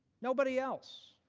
nobody else.